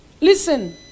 Listen